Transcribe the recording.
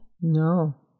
No